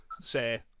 say